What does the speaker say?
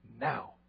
now